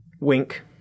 Wink